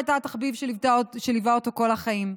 שהייתה התחביב שליווה אותו כל החיים,